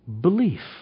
belief